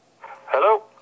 Hello